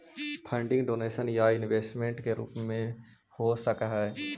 funding donation या investment के रूप में हो सकऽ हई